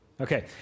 Okay